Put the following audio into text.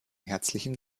herzlichen